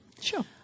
Sure